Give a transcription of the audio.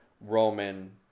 Roman